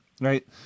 right